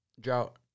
drought